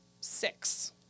six